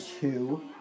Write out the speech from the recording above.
two